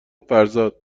فرزاد